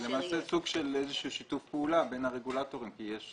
זה למעשה סוג של איזשהו שיתוף פעולה בין הרגולטורים כי יש